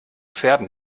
pferden